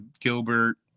Gilbert